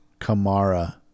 Kamara